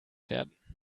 werden